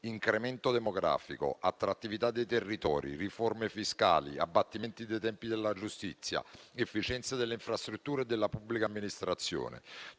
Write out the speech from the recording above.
incremento demografico, attrattività dei territori, riforme fiscali, abbattimenti dei tempi della giustizia, efficienza delle infrastrutture e della pubblica amministrazione;